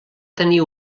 tenir